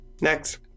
Next